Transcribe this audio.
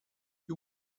you